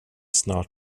snart